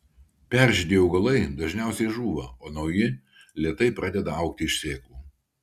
peržydėję augalai dažniausiai žūva o nauji lėtai pradeda augti iš sėklų